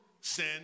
sin